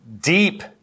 deep